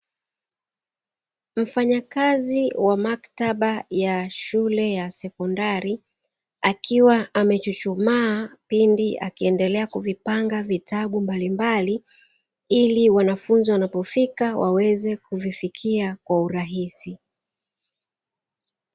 Mfanyakazi wa maktaba ya shule ya sekondari akiwa amechuchumaa pindi akiendelea kuvipanga vitabu mbalimbali, ili wanafunzi wanapofika waweze kuvifikia kwa urahisi.